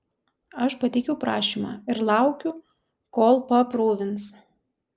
aš pateikiau prašymą ir laukiu kol paaprūvins